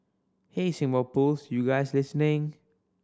hey Singapore Pools you guys listening